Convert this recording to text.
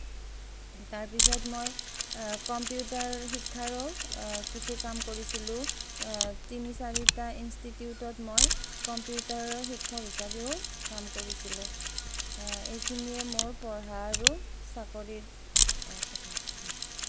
তাৰপিছত মই কম্পিউটাৰ শিক্ষাৰো কিছু কাম কৰিছিলোঁ তিনি চাৰিটা ইনষ্টিটিউটত মই কম্পিউটাৰৰ শিক্ষক হিচাপেও কাম কৰিছিলোঁ এইখিনেয়ে মোৰ পঢ়া আৰু চাকৰিৰ কথা